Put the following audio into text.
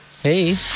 Hey